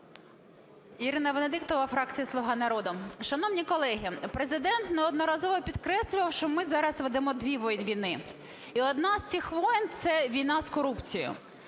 Ірина Венедіктова, фракція "Слуга народу". Шановні колеги, Президент неодноразово підкреслював, що ми зараз ведемо дві війни. І одна з цих воєн – це війна з корупцією.